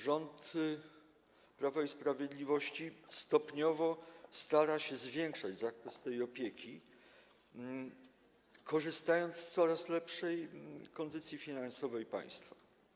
Rząd Prawa i Sprawiedliwości stopniowo stara się zwiększać zakres tej opieki, korzystając z coraz lepszej kondycji finansowej państwa.